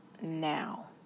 now